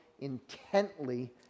intently